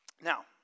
Now